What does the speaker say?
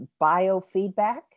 biofeedback